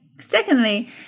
Secondly